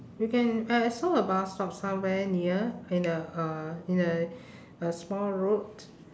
you can I I saw a bus stop somewhere near in the uh in the uh small road